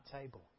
table